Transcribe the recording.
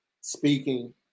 speaking